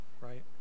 Right